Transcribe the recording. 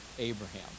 Abraham